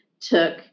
took